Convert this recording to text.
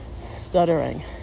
stuttering